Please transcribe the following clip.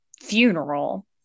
funeral